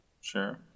Sure